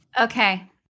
okay